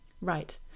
Right